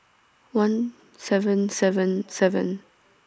one seven seven seven